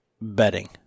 bedding